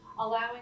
Allowing